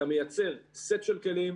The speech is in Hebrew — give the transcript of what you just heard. אתה מייצר סט של כלים,